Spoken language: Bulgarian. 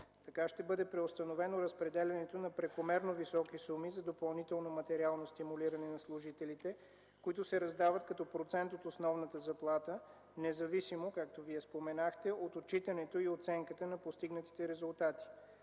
Така ще бъде преустановено разпределянето на прекалено високи суми за допълнително материално стимулиране на служителите, които се раздават като процент от основната заплата, независимо, както Вие споменахте, от отчитането и оценката на постигнатите резултати.